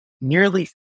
nearly